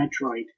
Metroid